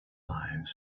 lives